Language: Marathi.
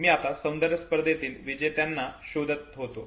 मी आता सौंदर्य स्पर्धेतील विजेत्यांना शोधत होतो